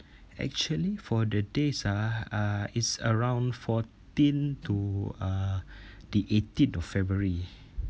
actually for the days ah uh it's around fourteen to uh the eighteenth february